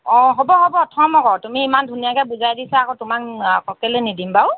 অ হ'ব হ'ব থ'ম আকৌ তুমি ইমান ধুনীয়াকৈ বুজাই দিছা আকৌ তোমাক আকৌ কেলৈ নিদিম বাৰু